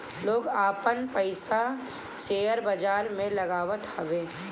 लोग आपन पईसा शेयर बाजार में लगावत हवे